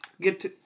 Get